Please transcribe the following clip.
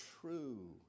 true